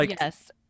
Yes